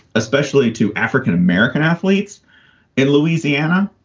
especially to african-american athletes in louisiana.